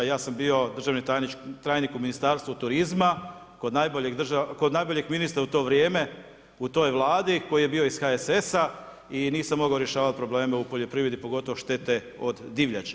Ja sam bio državni tajnik u Ministarstvu turizma kod najboljeg ministra u to vrijeme, u toj Vladi koji je bio iz HSS-a, i nisam mogao rješavati probleme u poljoprivredi, pogotovo štete od divljači.